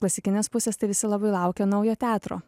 klasikinės pusės tai visi labai laukia naujo teatro